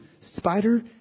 spider